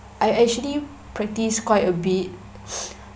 I actually practice quite a bit